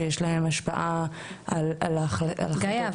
שהם בעלי השפעה על ההחלטות האלה --- גאיה,